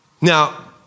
Now